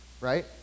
Right